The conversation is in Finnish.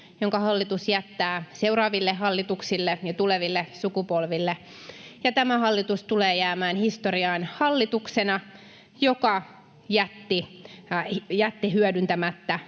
jonka hallitus jättää seuraaville hallituksille ja tuleville sukupolville, ja tämä hallitus tulee jäämään historiaan hallituksena, joka jätti hyödyntämättä